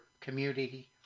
community